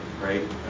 right